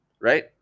Right